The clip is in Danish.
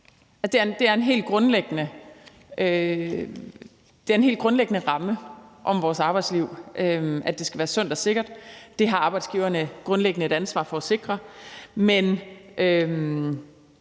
Det er en helt grundlæggende ramme om vores arbejdsliv, at det skal være sundt og sikkert. Det har arbejdsgiverne et ansvar for at sikre,